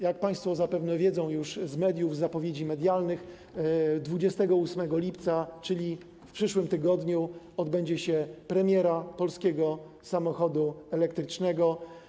Jak państwo zapewne wiedzą już z mediów, z zapowiedzi medialnych, 28 lipca, czyli w przyszłym tygodniu, odbędzie się premiera polskiego samochodu elektrycznego.